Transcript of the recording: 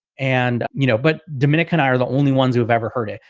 and, you know, but dominica and i are the only ones who've ever heard it.